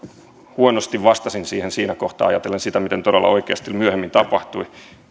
huonosti vastasin siihen siinä kohtaa ajatellen sitä miten todella oikeasti myöhemmin tapahtui